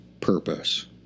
purpose